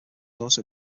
also